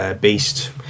beast